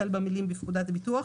החל במילים: בפקודת ביטוח,